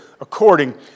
according